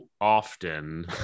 often